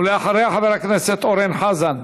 ורבין, ואחריה, חבר הכנסת אורן חזן.